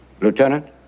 Lieutenant